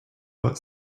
but